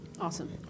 Awesome